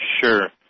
Sure